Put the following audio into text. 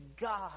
God